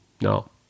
no